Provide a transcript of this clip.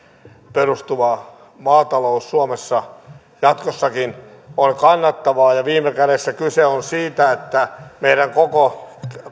perustuva maatalous suomessa jatkossakin on kannattavaa viime kädessä kyse on siitä että koko